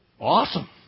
Awesome